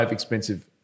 expensive